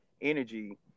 energy